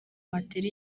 watera